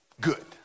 good